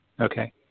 Okay